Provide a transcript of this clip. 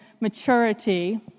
maturity